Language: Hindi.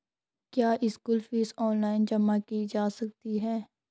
क्या स्कूल फीस ऑनलाइन जमा की जा सकती है?